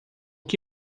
que